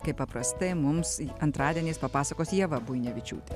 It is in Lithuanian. kaip paprastai mums antradieniais papasakos ieva buinevičiūtė